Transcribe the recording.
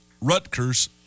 Rutgers